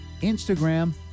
Instagram